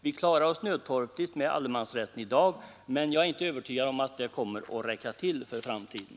Vi klarar oss nödtorftigt med allemansrätten i dag, men jag är inte övertygad om att den kommer att räcka till för framtiden.